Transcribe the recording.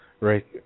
right